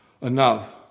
enough